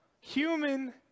human